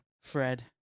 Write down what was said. Fred